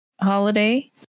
holiday